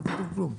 לא כתוב כלום.